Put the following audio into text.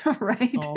right